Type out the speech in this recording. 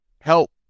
help